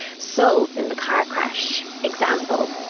so, in the car crash example,